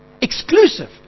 Exclusive